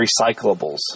recyclables